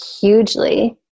hugely